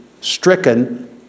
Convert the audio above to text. stricken